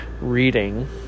reading